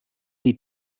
die